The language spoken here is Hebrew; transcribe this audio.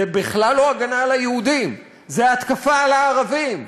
זה בכלל לא הגנה על היהודים, זו התקפה על הערבים.